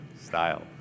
style